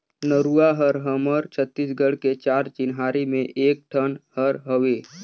नरूवा हर हमर छत्तीसगढ़ के चार चिन्हारी में एक ठन हर हवे